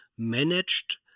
managed